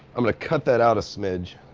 i'm gonna cut that out a smidge,